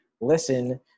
listen